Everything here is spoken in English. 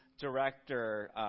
director